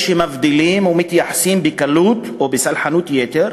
שמבדילים ומתייחסים בקלות או בסלחנות יתר